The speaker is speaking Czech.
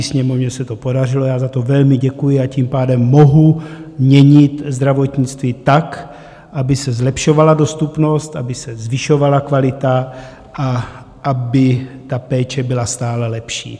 Sněmovně se to podařilo, já za to velmi děkuji, a tím pádem mohu měnit zdravotnictví tak, aby se zlepšovala dostupnost, aby se zvyšovala kvalita a aby péče byla stále lepší.